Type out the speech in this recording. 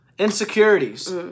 Insecurities